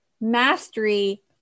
mastery